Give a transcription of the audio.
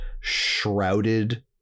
shrouded